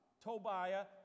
Tobiah